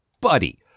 buddy